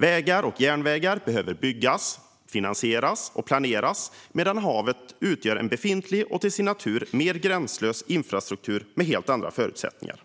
Vägar och järnvägar behöver byggas, finansieras och planeras medan havet utgör en befintlig och till sin natur mer gränslös infrastruktur med helt andra förutsättningar.